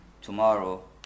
tomorrow